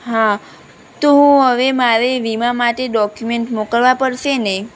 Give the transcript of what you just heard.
હા તો હું હવે મારે વીમા માટે ડોક્યુમેન્ટ મોકલવા પડશે ને